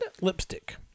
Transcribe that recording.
lipstick